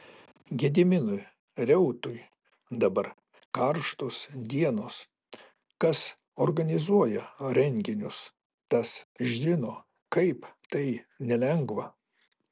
gediminui reutui dabar karštos dienos kas organizuoja renginius tas žino kaip tai nelengva